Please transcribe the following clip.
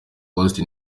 austin